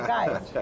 Guys